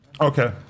okay